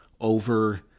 over